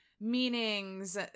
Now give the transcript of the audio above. meanings